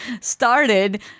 started